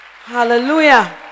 Hallelujah